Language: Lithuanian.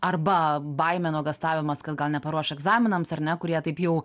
arba baimė nuogąstavimas kad gal neparuoš egzaminams ar ne kurie taip jau